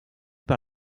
par